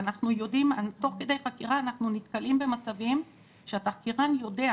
תוך כדי חקירה אנחנו נתקלים במצבים שהתחקירן יודע,